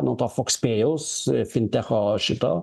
nuo to fokspėjaus fintecho šito